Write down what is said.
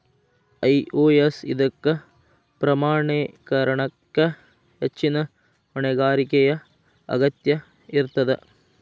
IOS ಇದಕ್ಕ ಪ್ರಮಾಣೇಕರಣಕ್ಕ ಹೆಚ್ಚಿನ್ ಹೊಣೆಗಾರಿಕೆಯ ಅಗತ್ಯ ಇರ್ತದ